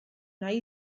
nahi